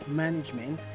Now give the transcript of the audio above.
management